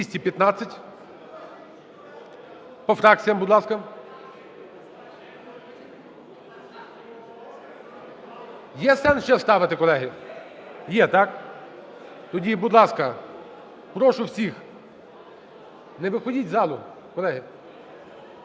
За-215 По фракціям, будь ласка. Є сенс ще ставити, колеги? Є, так? Тоді, будь ласка, прошу всіх, не виходіть із залу, колеги.